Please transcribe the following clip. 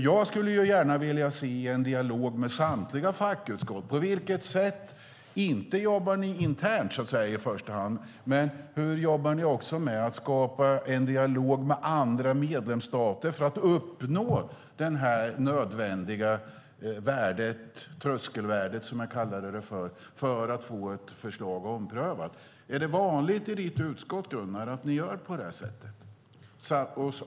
Jag skulle gärna vilja se en dialog med samtliga fackutskott, inte i första hand om hur ni jobbar internt utan hur ni jobbar med att skapa en dialog med andra medlemsstater för att uppnå det nödvändiga tröskelvärdet, som jag kallade det, för att få ett förslag omprövat. Är det vanligt i ditt utskott, Gunnar, att ni gör på det sättet?